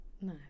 no